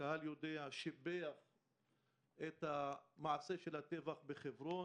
שיבח את מעשה הטבח בחברון.